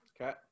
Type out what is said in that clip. Okay